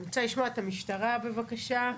אני רוצה לשמוע את המשטרה, בבקשה.